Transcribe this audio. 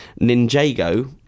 Ninjago